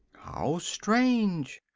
how strange!